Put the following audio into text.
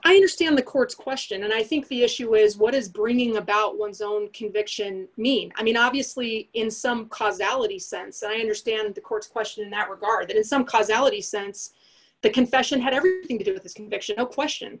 i understand the court's question and i think the issue is what does bringing about one's own conviction mean i mean obviously in some cause ality sense i understand the court's question in that regard as some causality sense the confession had everything to do with this conviction no question